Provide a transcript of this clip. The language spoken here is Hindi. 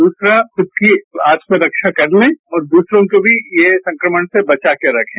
दूसरा खुद की आत्मरक्षा करने और दूसरों को भी ये संक्रमण से बचा कर रखें